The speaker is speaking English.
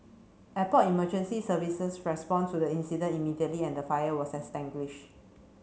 airport emergency services respond to the incident immediately and the fire was extinguished